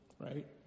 right